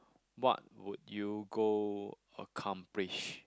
what would you go accomplish